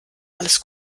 alles